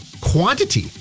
quantity